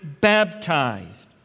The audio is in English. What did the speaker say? baptized